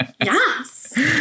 Yes